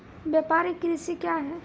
व्यापारिक कृषि क्या हैं?